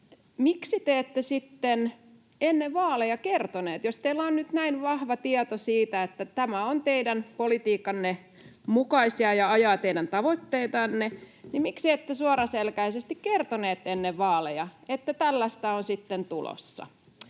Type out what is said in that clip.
miksi te ette sitten ennen vaaleja kertoneet, jos teillä on nyt näin vahva tieto siitä, että nämä ovat teidän politiikkanne mukaisia ja ajavat teidän tavoitteitanne: miksi ette suoraselkäisesti kertoneet ennen vaaleja, että tällaista on sitten tulossa?